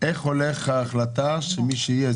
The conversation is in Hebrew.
איך הולכת להיות ההחלטה מי יהיה?